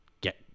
get